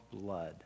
blood